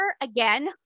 again